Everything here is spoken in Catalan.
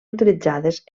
utilitzades